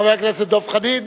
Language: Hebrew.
חבר הכנסת דב חנין.